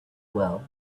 well